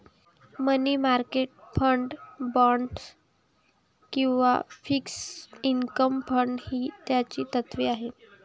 मनी market fund, bonds किंवा fixed income fund ही त्याची तत्त्वे आहेत